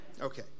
Okay